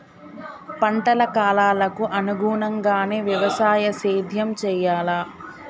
పంటల కాలాలకు అనుగుణంగానే వ్యవసాయ సేద్యం చెయ్యాలా?